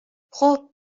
خوب